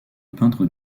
peintres